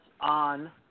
on